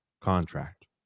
contract